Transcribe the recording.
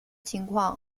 情况